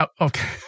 okay